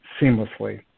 seamlessly